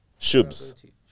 Shubs